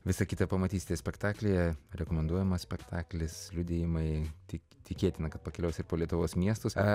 visa kita pamatysite spektaklyje rekomenduojamas spektaklis liudijimai tik tikėtina kad pakeliaus ir po lietuvos miestus